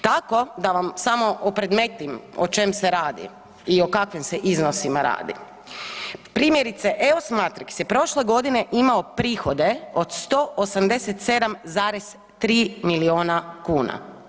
Tako da vam samo opredmetim o čem se radi i o kakvim se iznosima radi, primjerice EOS Matrix je prošle godine imao prihode od 187,3 miliona kuna.